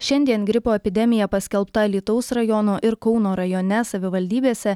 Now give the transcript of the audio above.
šiandien gripo epidemija paskelbta alytaus rajono ir kauno rajone savivaldybėse